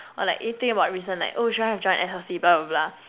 or like if you think about recent oh should I have joined S_L_C blah blah blah